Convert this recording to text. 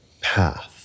path